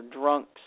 drunks